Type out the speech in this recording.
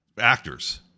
actors